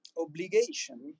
obligation